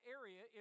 area